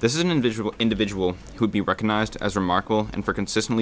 this is an individual individual who'd be recognized as remarkable and for consistently